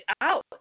out